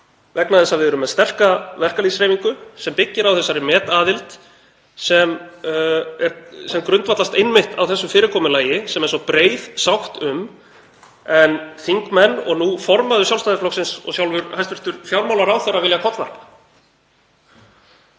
vegna þess að við erum með sterka verkalýðshreyfingu sem byggir á þessari metaðild sem grundvallast einmitt á þessu fyrirkomulagi sem svo breið sátt er um, en þingmenn og nú formaður Sjálfstæðisflokksins og sjálfur hæstv. fjármálaráðherra vilja kollvarpa?